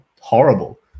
horrible